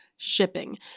Shipping